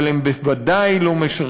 אבל הם בוודאי לא משרתים,